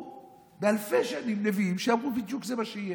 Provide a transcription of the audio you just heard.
לפני אלפי שנים נביאים כתבו בדיוק שזה מה שיהיה.